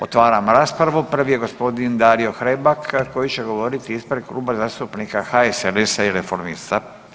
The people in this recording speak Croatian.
Otvaram raspravu, prvi je g. Dario Hrebak koji će govoriti ispred Kluba zastupnika HSLS-a i Reformista.